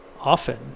often